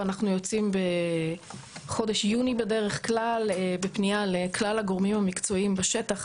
ואנחנו יוצאים בחודש יוני בדרך כלל בפנייה לכלל הגורמים המקצועיים בשטח,